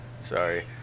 Sorry